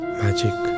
magic